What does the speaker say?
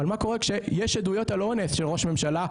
אבל מה קורה כשיש עדויות על אונס של ראש ממשלה,